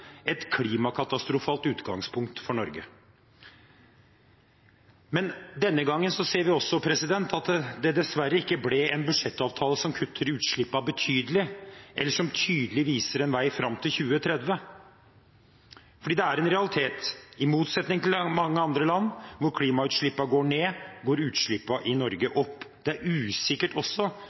et klimakatastrofalt utgangspunkt for Norge. Men denne gangen ser vi også at det dessverre ikke ble en budsjettavtale som kutter utslippene betydelig, eller som tydelig viser en vei fram til 2030. For det er en realitet at i motsetning til i mange andre land, hvor utslippene går ned, går utslippene i Norge opp. Det er også usikkert